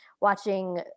watching